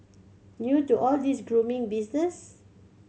new to all this grooming business